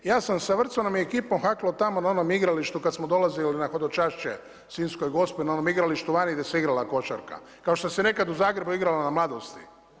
Ja sam sa Vrcanom i ekipom haklo tamo na onom igralištu kada smo dolazili na hodočašće Sinjskoj Gospi na onom igralištu vani gdje se igrala košarka kao što se nekada u Zagrebu igrala na Mladosti.